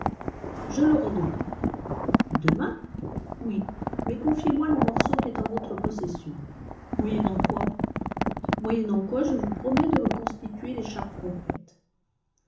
je l'aurai demain demain oui mais confiez moi le morceau qui est en votre possession moyennant quoi moyennant quoi je vous promets de reconstituer l'écharpe complète